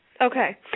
Okay